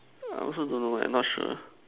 I also don't know mine not sure